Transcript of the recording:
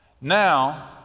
Now